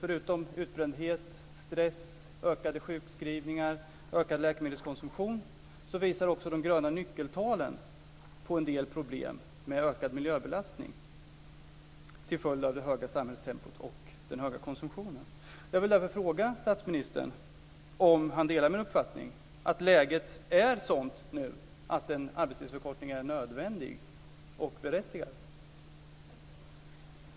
Förutom utbrändhet, stress, ökade sjukskrivningar, ökad läkemedelskonsumtion visar de gröna nyckeltalen på en del problem med ökad miljöbelastning till följd av det höga samhällstempot och den höga konsumtionen. Jag vill därför fråga statsministern om han delar min uppfattning att läget nu är sådant att en arbetstidsförkortning är nödvändig och berättigad.